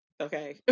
Okay